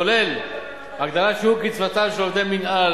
כולל הגדלת שיעור קצבתם של עובדי מינהל,